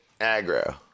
aggro